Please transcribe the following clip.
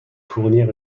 fournir